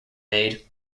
made